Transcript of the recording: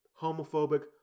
homophobic